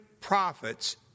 profits